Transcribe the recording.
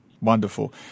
Wonderful